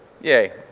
Yay